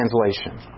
Translation